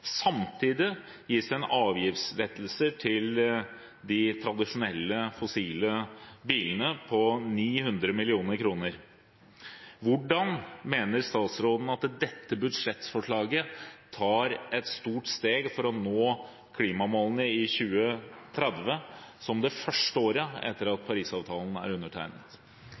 Samtidig gis det avgiftslettelser til de tradisjonelle fossile bilene på 900 mill. kr. Hvordan mener statsråden at man med dette budsjettforslaget tar et stort steg for å nå klimamålene i 2030 – det første året etter at Parisavtalen ble undertegnet?